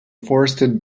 forested